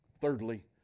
Thirdly